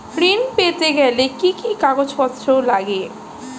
ঋণ পেতে গেলে কি কি কাগজপত্র লাগে?